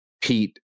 Pete